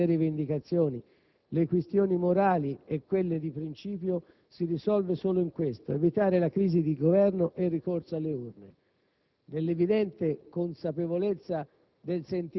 tolte tutte le sceneggiate e le rivendicazioni, le questioni morali e quelle di principio, si risolve solo in questo: evitare la crisi di Governo e il ricorso alle urne.